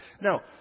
Now